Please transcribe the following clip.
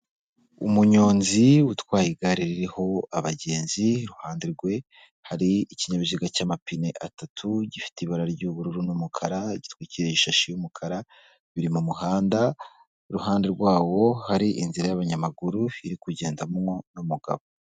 Umunyonzi utwaye igare ririho abagenzi, iruhande rwe hari ikinyabiziga cy'amapine atatu gifite ibara ry'ubururu n'umukara gitwikiriye ishashi y'umukara, biri mu muhanda iruhande rwawo hari inzira y'abanyamaguru iri kugendwamo n'umugabo.